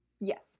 Yes